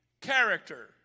character